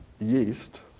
yeast